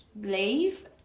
leave